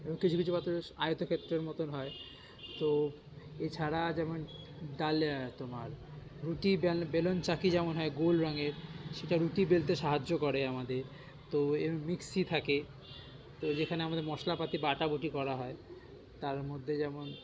এবং কিছু কিছু পাত্র বেশ আয়তক্ষেত্রর মতোন হয় তো এছাড়া যেমন তাহলে তোমার রুটি বেলুন চাকি যেমন হয় গোল রঙের সেটা রুটি বেলতে সাহায্য করে আমাদের তো এর মিক্সি থাকে তো যেখানে আমাদের মশলাপাতি বাটা বুটি করা হয় তার মধ্যে যেমন